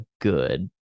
good